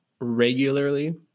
regularly